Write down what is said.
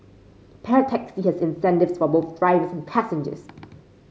Pair Taxi has incentives for both drivers and passengers